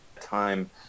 time